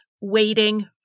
waiting